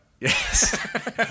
Yes